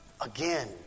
again